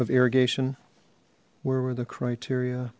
of irrigation where were the criteria